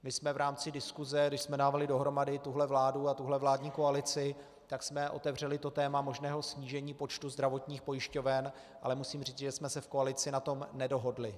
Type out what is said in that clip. My jsme v rámci diskuse, když jsme dávali dohromady tuto vládu a tuto vládní koalici, otevřeli téma možného snížení počtu zdravotních pojišťoven, ale musím říci, že jsme se v koalici na tom nedohodli.